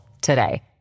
today